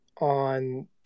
on